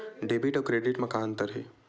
Debit अउ credit म का अंतर हे?